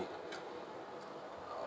uh